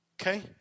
okay